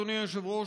אדוני היושב-ראש,